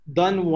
done